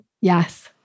Yes